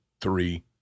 three